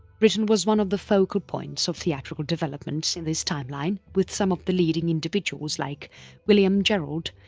britain was one of the focal points of theatrical developments in this timeline with some of the leading individuals like william jerrold,